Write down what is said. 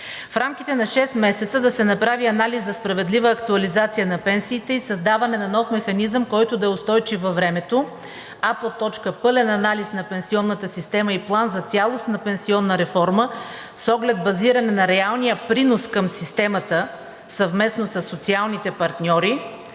„В рамките на шест месеца да се направи анализ за справедлива актуализация на пенсиите и създаване на нов механизъм, който да е устойчив във времето: a) пълен анализ на пенсионната система и план за цялостна пенсионна реформа с оглед базиране на реалния принос към системата съвместно със социалните партньори;